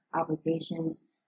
obligations